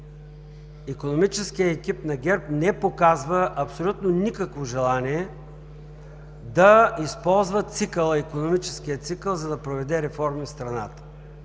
икономическият екип на ГЕРБ не показва абсолютно никакво желание да използва икономическия цикъл, за да проведе реформи в страната.